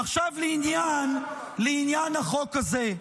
עכשיו לעניין החוק הזה.